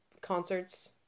concerts